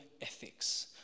ethics